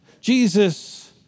Jesus